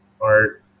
art